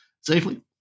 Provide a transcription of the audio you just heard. safely